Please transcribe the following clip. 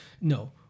No